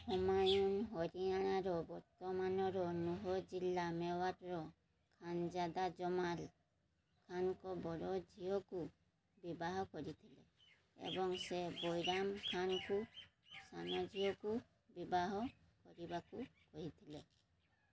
ହୁମାୟୁନ ହରିୟାଣାର ବର୍ତ୍ତମାନର ନୁହ ଜିଲ୍ଲା ମେୱାରର ଖାନଜାଦା ଜମାଲ ଖାନଙ୍କ ବଡ଼ ଝିଅକୁ ବିବାହ କରିଥିଲେ ଏବଂ ସେ ବୈରାମ ଖାନଙ୍କୁ ସାନ ଝିଅକୁ ବିବାହ କରିବାକୁ କହିଥିଲେ